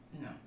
No